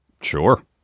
Sure